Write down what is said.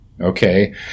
okay